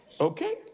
Okay